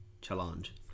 Challenge